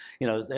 you know,